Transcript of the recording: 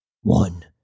one